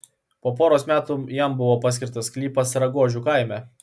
po poros metų jam buvo paskirtas sklypas ragožių kaime